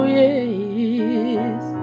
yes